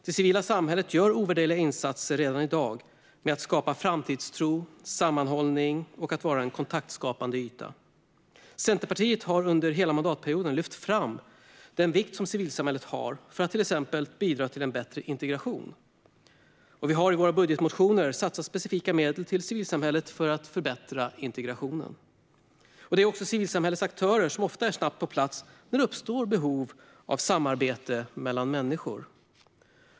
Det civila samhället gör redan i dag ovärderliga insatser med att skapa framtidstro och sammanhållning och att vara en kontaktskapande yta. Centerpartiet har under hela mandatperioden lyft fram den betydelse som civilsamhället har för att till exempel bidra till en bättre integration. Vi har i våra budgetmotioner satsat specifika medel på civilsamhället för att förbättra integrationen. Det är också civilsamhällets aktörer som ofta är snabbt på plats när det uppstår behov av samarbete mellan människor.